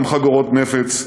גם חגורות נפץ,